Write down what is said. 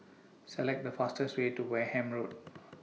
Select The fastest Way to Wareham Road